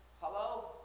Hello